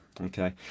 Okay